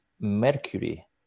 mercury